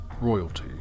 royalty